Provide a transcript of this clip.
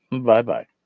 Bye-bye